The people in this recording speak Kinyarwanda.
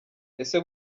ese